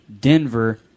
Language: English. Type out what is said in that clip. Denver